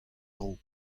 dro